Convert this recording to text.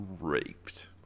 raped